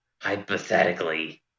hypothetically